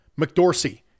McDorsey